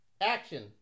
Action